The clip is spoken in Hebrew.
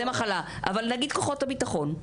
אבל נגיד כוחות הביטחון,